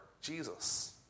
Jesus